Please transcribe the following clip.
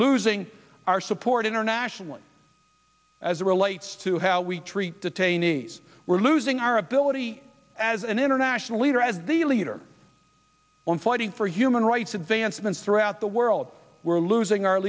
losing our support internationally as it relates to how we treat detainees we're losing our ability as an international leader as the leader on fighting for human rights advancement throughout the world we're losing our